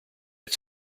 its